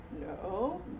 no